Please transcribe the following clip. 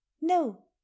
no